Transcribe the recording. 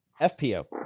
FPO